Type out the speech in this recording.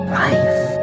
life